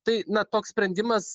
tai na toks sprendimas